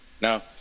Now